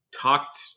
talked